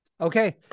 Okay